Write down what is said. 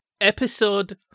Episode